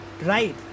Right